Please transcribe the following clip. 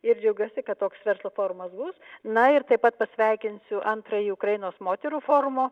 ir džiaugiuosi kad toks verslo forumas bus na ir taip pat pasveikinsiu antrąjį ukrainos moterų forumo